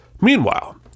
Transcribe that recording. Meanwhile